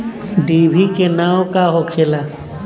डिभी के नाव का होखेला?